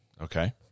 Okay